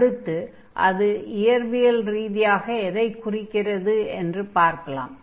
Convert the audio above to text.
அடுத்து அது இயற்பியல் ரீதியாக எதைக் குறிக்கிறது என்று பார்க்கலாம்